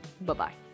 Bye-bye